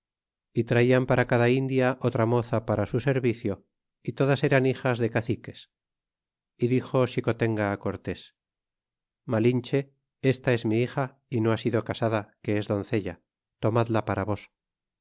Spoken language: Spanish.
y traian para cada india otra moza para su servicio y todas eran hijas de caciques y dixo xicotenga it cortés malinche esta es mi hija y no ha sido casada que es doncella tomadla para vos